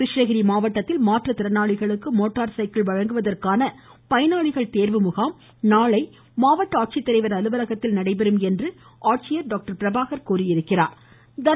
கிருஷ்ணகிரி மாவட்டத்தில் மாற்றுத்திறனாளிகளுக்கு motor cycle வழங்குவதற்கான பயனாளிகள் தேர்வு முகாம் நாளை மாவட்ட ஆட்சித்தலைவர் அலுவலகத்தில் நடைபெறும் என்று தெரிவித்துள்ளார்